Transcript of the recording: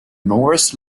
norris